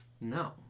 No